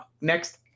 next